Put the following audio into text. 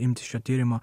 imtis šio tyrimo